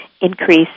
increase